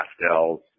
pastels